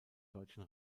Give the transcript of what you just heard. deutschen